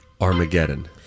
Armageddon